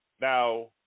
now